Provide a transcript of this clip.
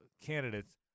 candidates